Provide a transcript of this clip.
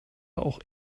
auch